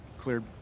cleared